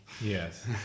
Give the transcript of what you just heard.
Yes